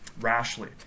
rashly